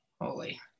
holy